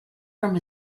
from